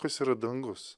kas yra dangus